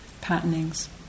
patternings